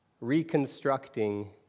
Reconstructing